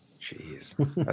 Jeez